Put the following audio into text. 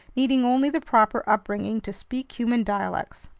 needing only the proper upbringing to speak human dialects.